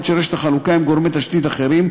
של רשת החלוקה עם גורמי תשתית אחרים,